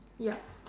yup